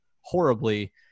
horribly